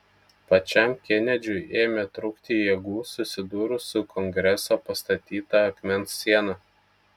pačiam kenedžiui ėmė trūkti jėgų susidūrus su kongreso pastatyta akmens siena